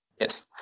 Yes